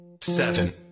seven